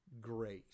grace